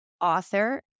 author